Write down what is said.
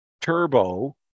turbo